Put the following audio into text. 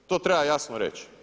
To treba jasno reći.